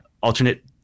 alternate